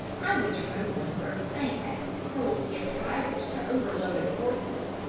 i would tremble and grow faint at the cruelty of drivers to over-loaded horses.